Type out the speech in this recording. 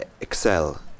excel